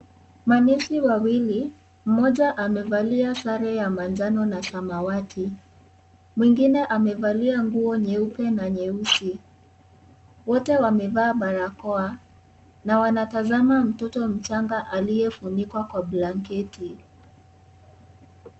Manesi wawili, mmoja amevalia sare ya manjano na samawati. Mwingine amevalia nguo nyeupe na nyeusi. Wote wamevaa barakoa na wanatazama mtoto mchanga aliyefunikwa kwa blanketi.